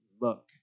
look